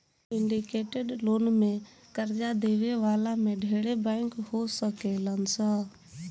syndicated loan में कर्जा देवे वाला में ढेरे बैंक हो सकेलन सा